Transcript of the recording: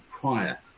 prior